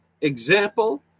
example